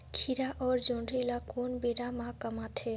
खीरा अउ जोंदरी ल कोन बेरा म कमाथे?